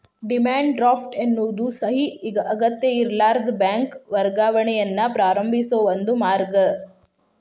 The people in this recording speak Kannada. ಡಿಮ್ಯಾಂಡ್ ಡ್ರಾಫ್ಟ್ ಎನ್ನೋದು ಸಹಿ ಅಗತ್ಯಇರ್ಲಾರದ ಬ್ಯಾಂಕ್ ವರ್ಗಾವಣೆಯನ್ನ ಪ್ರಾರಂಭಿಸೋ ಒಂದ ಮಾರ್ಗ